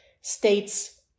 states